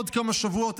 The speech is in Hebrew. עוד כמה שבועות,